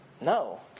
No